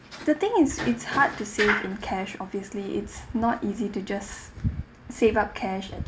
the thing is it's hard to save in cash obviously it's not easy to just save up cash and